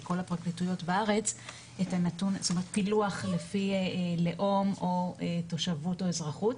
של כל הפרקליטויות בארץ פילוח לפי לאום או תושבות או אזרחות